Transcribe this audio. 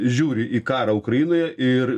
žiūri į karą ukrainoje ir